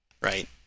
Right